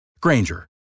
Granger